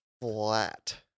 flat